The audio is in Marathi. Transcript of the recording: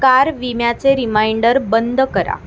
कार विम्याचे रिमाइंडर बंद करा